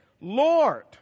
Lord